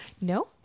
no